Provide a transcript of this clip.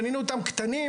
אנחנו בנינו אותם קטנים,